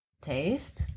taste